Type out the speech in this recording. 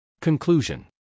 Conclusion